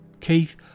Keith